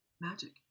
magic